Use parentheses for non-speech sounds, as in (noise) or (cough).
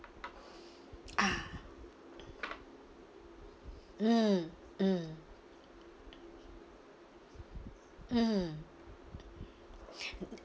(breath) mm ah mm mm mm (breath)